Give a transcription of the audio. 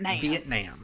Vietnam